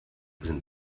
sind